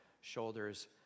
shoulders